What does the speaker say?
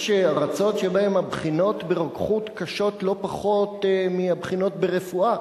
יש ארצות שבהן הבחינות ברוקחות קשות לא פחות מהבחינות ברפואה,